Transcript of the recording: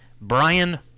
Brian